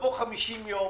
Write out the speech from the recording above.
לבוא חמישים יום